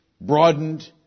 broadened